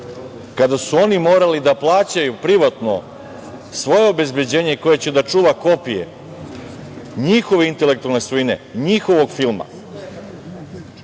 kada su oni morali da plaćaju privatno svoje obezbeđenje koje će da čuva kopije njihove intelektualne svojine, njihovog filma